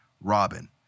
Robin